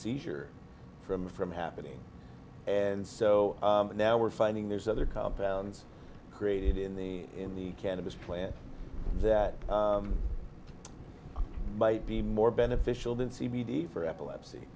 seizure from from happening and so now we're finding there's other compounds created in the in the cannabis plant that might be more beneficial than c b d for epilepsy